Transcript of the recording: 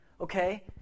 okay